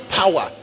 power